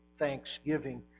thanksgiving